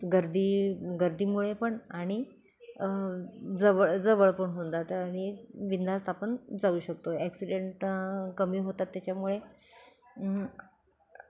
गर्दी गर्दीमुळे पण आणि जवळ जवळ पण होऊन जात आणि बिनधास्त आपण जाऊ शकतो ॲक्सिडेंट कमी होतात त्याच्यामुळे